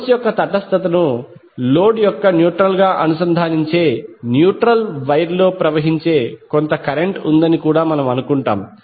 source యొక్క తటస్థతను load యొక్క న్యూట్రల్ గా అనుసంధానించే న్యూట్రల్ వైర్లో ప్రవహించే కొంత కరెంట్ ఉందని కూడా మనము అనుకుంటాము